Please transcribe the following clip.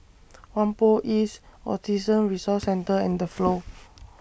Whampoa East Autism Resource Centre and The Flow